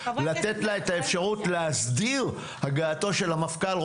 לתת לה את האפשרות להסדיר הגעתו של המפכ"ל,